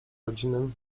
rodzinom